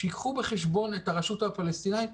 שייקחו בחשבון את הרשות הפלסטינית,